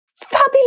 Fabulous